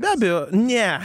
be abejo ne